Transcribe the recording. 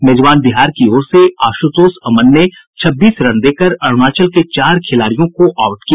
मेजबान बिहार की ओर से आशुतोष अमन ने छब्बीस रन देकर अरूणाचल के चार खिलाड़ियों को आउट किया